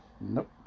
Nope